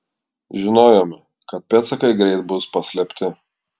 žinojome kad pėdsakai greit bus paslėpti